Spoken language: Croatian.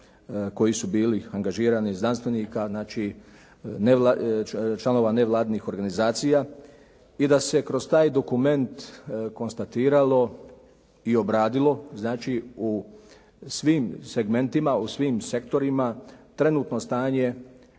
koji su bili angažirani, znanstvenika. Znači članova nevladinih organizacija i da se kroz taj dokument konstatiralo i obradili znači u svim segmentima, u svim sektorima trenutno stanje